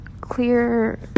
clear